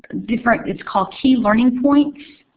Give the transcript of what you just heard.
different it's called team learning points.